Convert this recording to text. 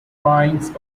drawings